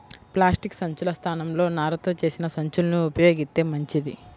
plastic సంచుల స్థానంలో నారతో చేసిన సంచుల్ని ఉపయోగిత్తే మంచిది